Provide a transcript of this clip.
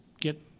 get